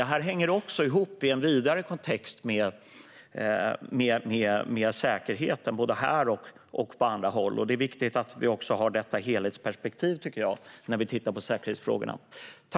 Det här hänger också ihop i en vidare kontext med säkerheten både här och på andra håll, och jag tycker att det är viktigt att vi har detta helhetsperspektiv när vi tittar på säkerhetsfrågorna.